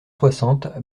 soixante